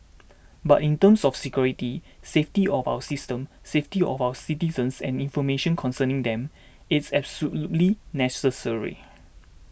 but in terms of security safety of our system safety of our citizens and information concerning them it's absolutely necessary